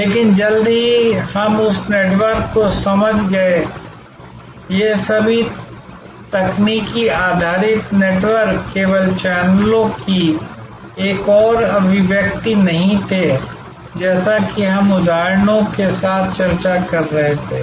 लेकिन जल्द ही हम उस नेटवर्क को समझ गए ये सभी तकनीक आधारित नेटवर्क केवल चैनलों की एक और अभिव्यक्ति नहीं थे जैसा कि हम उदाहरणों के साथ चर्चा कर रहे थे